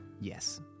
Yes